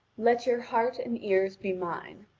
let your heart and ears be mine.